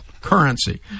currency